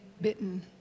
bitten